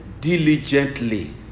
diligently